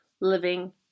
living